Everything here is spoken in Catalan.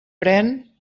pren